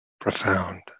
profound